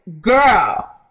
Girl